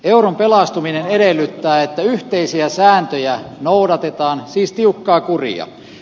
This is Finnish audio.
euron pelastuminen edellyttää että yhteisiä sääntöjä noudatetaan siis tiukkaa kuria